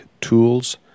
tools